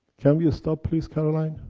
can we stop please, caroline?